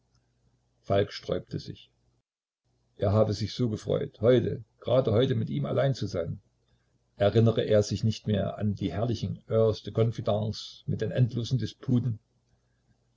falk sträubte sich er habe sich so gefreut heute grade heute mit ihm allein zu sein erinnere er sich nicht mehr an die herrlichen heures de confidence mit den endlosen disputen